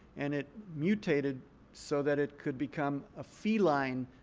and it mutated so that it could become a feline,